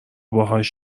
باهاش